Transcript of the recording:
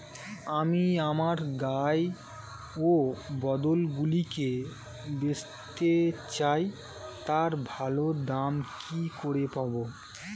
আমি আমার গাই ও বলদগুলিকে বেঁচতে চাই, তার ভালো দাম কি করে পাবো?